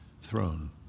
throne